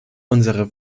unserer